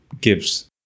gives